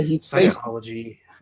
psychology